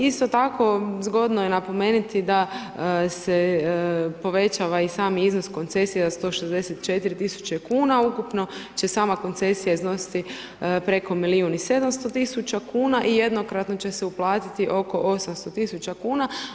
Isto tako zgodno je napomenuti da se povećava i sam iznos koncesije za 164 tisuće kuna, ukupno će sama koncesija iznositi preko milijun i 700 tisuća kuna i jednokratno će se uplatiti oko 800 tisuća kuna.